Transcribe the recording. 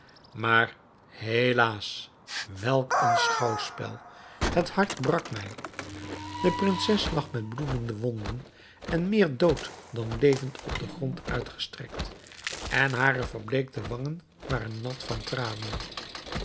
maar helaas welk een schouwspel het hart brak mij de prinses lag met bloedende wonden en meer dood dan levend op den grond uitgestrekt en hare verbleekte wangen waren nat van tranen